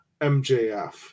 MJF